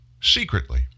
secretly